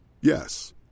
Yes